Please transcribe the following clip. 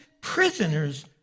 prisoners